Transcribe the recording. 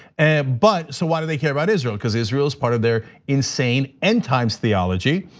and but, so why do they care about israel? cuz israel's part of their insane end times theology,